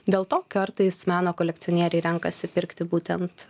dėl to kartais meno kolekcionieriai renkasi pirkti būtent